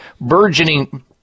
burgeoning